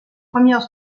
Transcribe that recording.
premières